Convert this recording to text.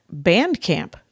Bandcamp